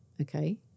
Okay